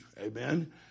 amen